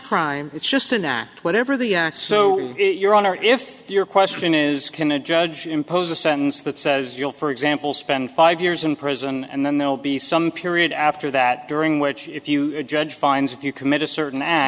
crime it's just an hour whatever the act so your honor if your question is can a judge impose a sentence that says you'll for example spend five years in prison and then there'll be some period after that during which if you judge finds if you commit a certain